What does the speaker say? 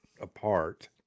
apart